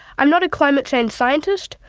i'm not a climate change scientist,